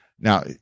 now